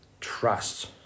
Trust